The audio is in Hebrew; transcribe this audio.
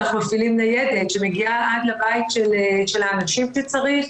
אנחנו מפעילים ניידת שמגיעה עד לבית של האנשים שצריך,